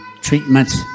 treatments